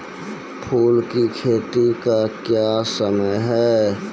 फुल की खेती का समय क्या हैं?